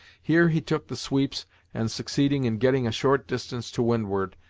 here he took the sweeps and succeeded in getting a short distance to windward,